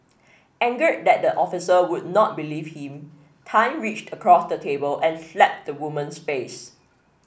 angered that the officer would not believe him Tan reached across the table and slapped the woman's face